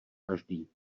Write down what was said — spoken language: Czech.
každý